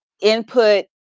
input